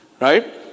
right